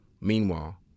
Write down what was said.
meanwhile